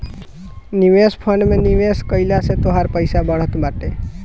निवेश फंड में निवेश कइला से तोहार पईसा बढ़त बाटे